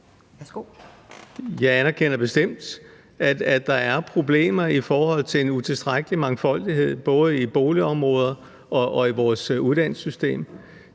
Jeg anerkender bestemt, at der er problemer i forhold til en utilstrækkelig mangfoldighed både i boligområder og i vores uddannelsessystem.